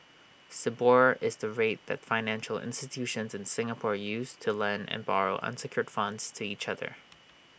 Sibor is the rate that financial institutions in Singapore use to lend and borrow unsecured funds to each other